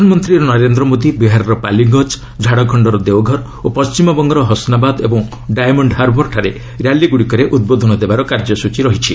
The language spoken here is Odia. ପ୍ରଧାନମନ୍ତ୍ରୀ ନରେନ୍ଦ୍ର ମୋଦି ବିହାରର ପାଲିଗଞ୍ଜ ଝାଡ଼ଖଣ୍ଡର ଦେଓଘର ଓ ପଶ୍ଚିମବଙ୍ଗର ହସନାବାଦ ଏବଂ ଡାଏମଣ୍ଡ ହାର୍ବର୍ଠାରେ ର୍ୟାଲିଗୁଡ଼ିକରେ ଉଦ୍ବୋଧନ ଦେବାର କାର୍ଯ୍ୟସଚୀ ରହିଛି